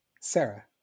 Sarah